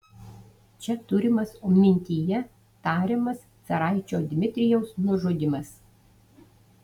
čia turimas mintyje tariamas caraičio dmitrijaus nužudymas